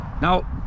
Now